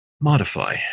modify